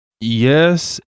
yes